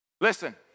Listen